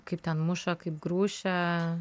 kaip ten muša kaip grūšią